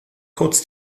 kurz